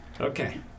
Okay